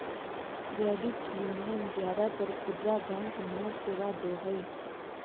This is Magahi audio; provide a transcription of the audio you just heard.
क्रेडिट यूनीयन ज्यादातर खुदरा बैंक नियर सेवा दो हइ